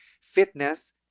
fitness